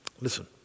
Listen